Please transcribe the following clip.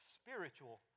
spiritual